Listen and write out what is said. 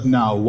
now